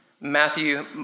Matthew